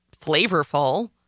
flavorful